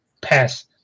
pass